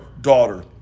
daughter